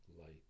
light